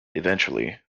eventually